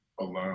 alone